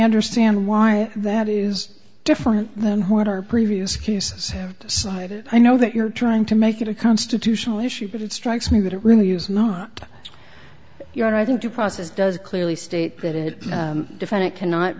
understand why that is different than what our previous cases have cited i know that you're trying to make it a constitutional issue but it strikes me that it really is not your either due process does clearly state that it defined it cannot